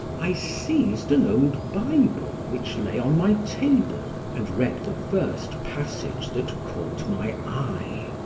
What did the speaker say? i seized an old bible which lay on my table and read the first passage that caught my eye.